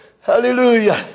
Hallelujah